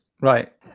right